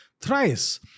Thrice